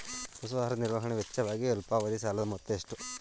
ಪಶು ಆಹಾರ ನಿರ್ವಹಣೆ ವೆಚ್ಚಕ್ಕಾಗಿ ಅಲ್ಪಾವಧಿ ಸಾಲದ ಮೊತ್ತ ಎಷ್ಟು?